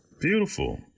Beautiful